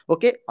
Okay